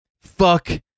fuck